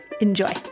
Enjoy